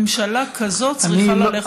ממשלה כזו צריכה ללכת הביתה.